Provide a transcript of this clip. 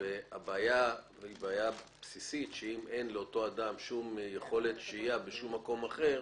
אם אין לאותו אדם יכולת שהייה בשום מקום אחר,